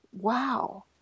Wow